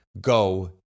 go